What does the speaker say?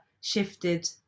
shifted